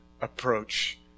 approach